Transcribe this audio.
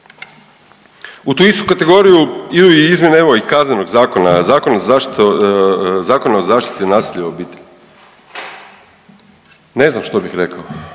U tu istu kategoriju idu i izmjene evo kaznenog zakona, Zakona o zaštiti nasilja u obitelji. Ne znam što bih rekao.